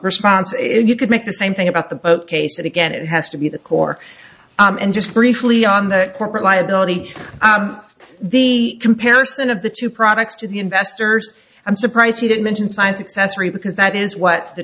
response you could make the same thing about the boat case again it has to be the core and just briefly on the corporate liability the comparison of the two products to the investors i'm surprised he didn't mention science accessory because that is what the